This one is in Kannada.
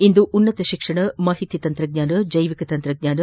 ಇಂದು ಉನ್ನತ ಶಿಕ್ಷಣ ಮಾಹಿತಿ ತಂತ್ರಜ್ಞಾನ ಜೈವಿಕ ತಂತ್ರಜ್ಞಾನ